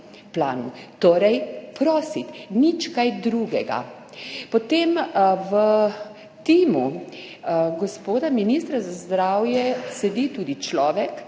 Torej prositi, nič kaj drugega. V timu gospoda ministra za zdravje sedi tudi človek,